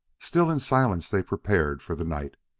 still in silence they prepared for the night.